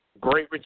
great